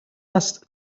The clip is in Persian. است